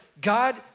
God